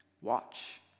watch